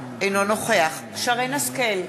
אינו נוכח שרן השכל,